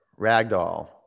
ragdoll